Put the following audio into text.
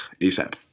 ASAP